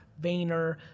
Vayner